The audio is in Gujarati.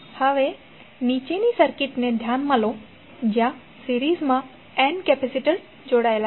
હવે નીચેની સર્કિટને ધ્યાનમાં લો જ્યાં સિરીઝમાં n કેપેસિટર જોડાયેલા છે